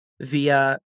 via